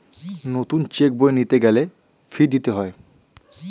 নতুন চেক বই নিতে গেলে ফি দিতে হয়